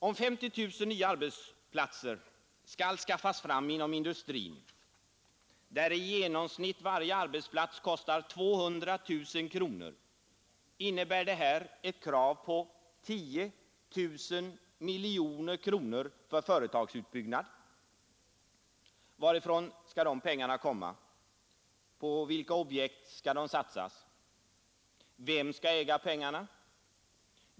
Om 50 000 nya arbeten skall skaffas fram inom industrin, där i genomsnitt varje arbetsplats kostar 200 000 kronor, innebär det ett krav på 10 000 miljoner kronor för företagsutbyggnad. Varifrån skall pengarna komma? På vilka objekt skall de satsas? Vem skall äga pengarna?